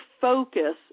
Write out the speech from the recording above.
focus